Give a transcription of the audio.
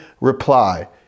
reply